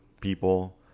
people